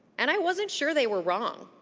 and i wasn't sure they were wrong.